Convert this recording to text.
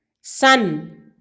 Sun